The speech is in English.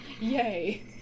Yay